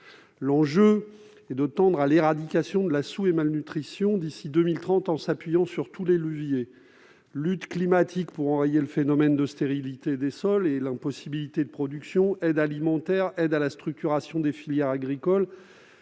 L'objectif est de tendre à l'éradication de la sous-nutrition et de la malnutrition d'ici à 2030 en s'appuyant sur tous les leviers : lutte climatique pour enrayer le phénomène de stérilité des sols et l'impossibilité de faire pousser des productions, aide alimentaire, aide à la structuration des filières agricoles,